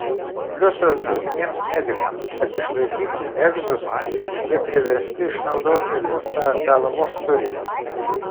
pliusas būsimiems medikams kad išlaikytų egzus jie priversti išnaudoti visą galvos turinį